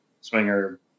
swinger